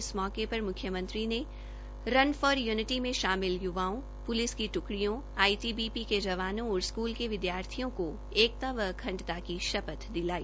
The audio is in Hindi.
इस मौके पर मुख्यमंत्री ने रन फॉर य्निटी में शामिल य्वाओं प्लिस की ट्कडियों आईटीबीपी के जवानों और स्कूल के विद्यार्थियों का एकता व अखंडता की शपथ दिलाई